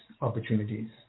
opportunities